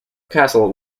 castle